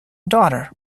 daughter